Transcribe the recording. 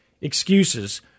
excuses